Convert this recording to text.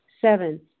Seven